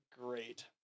great